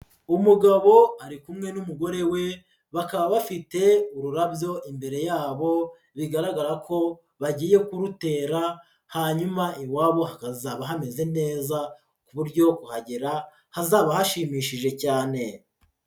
Umugabo ari kumwe n'umugore we, bakaba bafite ururabyo imbere yabo, bigaragara ko bagiye kurutera, hanyuma iwabo hakazaba hameze neza, ku buryo kuhagera hazaba hashimishije cyane.